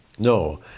No